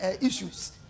issues